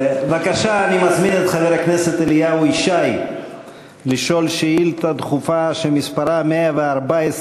אני מזמין את חבר הכנסת אליהו ישי לשאול שאילתה דחופה שמספרה 114: